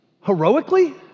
heroically